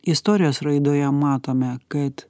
istorijos raidoje matome kad